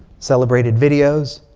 celebrated videos.